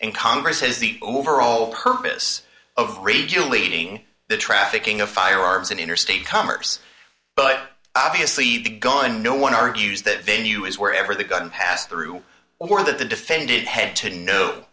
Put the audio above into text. and congress has the overall purpose of regular leading the trafficking of firearms in interstate commerce but obviously the gun no one argues that venue is where ever the gun passed through or that the defendant had to know